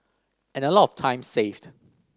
and a lot of time saved